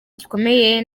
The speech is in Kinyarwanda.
gikomeye